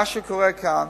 מה שקורה כאן,